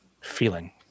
feeling